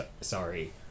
sorry